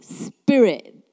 spirit